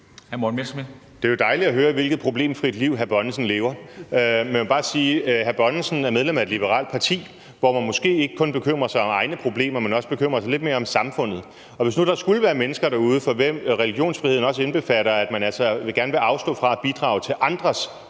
Det er jo dejligt at høre, hvilket problemfrit liv hr. Erling Bonnesen lever. Men jeg vil bare sige, at hr. Bonnesen er medlem af et liberalt parti, hvor man måske ikke kun bekymrer sig om egne problemer, men også bekymrer sig lidt mere om samfundet. Og hvis der nu skulle være mennesker derude, for hvem religionsfriheden også indbefatter, at man altså gerne vil afstå fra at bidrage til andres